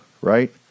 right